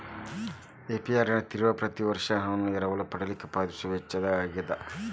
APR ನ ನೇವ ಪ್ರತಿ ವರ್ಷ ಹಣವನ್ನ ಎರವಲ ಪಡಿಲಿಕ್ಕೆ ಪಾವತಿಸೊ ವೆಚ್ಚಾಅಗಿರ್ತದ